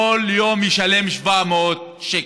כל יום הוא ישלם 700 שקל.